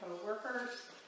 co-workers